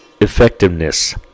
effectiveness